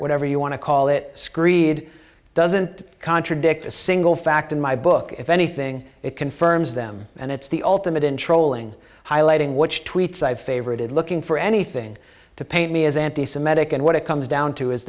whatever you want to call it screed doesn't contradict a single fact in my book if anything it confirms them and it's the ultimate in trolling highlighting what you tweets i favorite is looking for anything to paint me as anti semitic and what it comes down to is